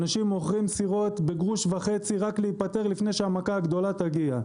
אנשים מוכרים סירות בגרוש וחצי רק להיפטר מהן לפני שהמכה הגדולה תגיע.